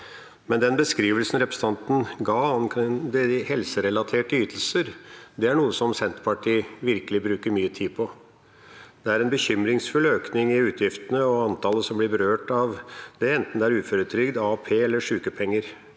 Den beskrivelsen representanten ga av de helserelaterte ytelsene, er noe Senterpartiet virkelig bruker mye tid på. Det er en bekymringsfull økning i utgiftene og antallet som blir berørt av det, enten det er uføretrygd, AAP eller sjukepenger.